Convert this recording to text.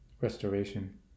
Restoration